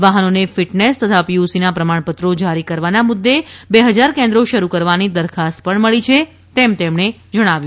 વાહનોને ફિટનેસ તથા પીયુસીનાં પ્રમાણપત્રો જારી કરવાના મુદ્દે બે હજાર કેન્દ્રો શરૂ કરવાની દરખાસ્ત પણ મળી છે એમ તેમણે જણાવ્યું